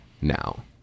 now